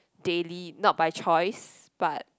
daily not by choice but